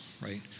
right